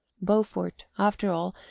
beaufort, after all,